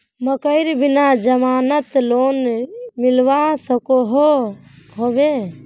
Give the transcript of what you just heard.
मकईर बिना जमानत लोन मिलवा सकोहो होबे?